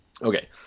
Okay